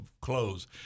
clothes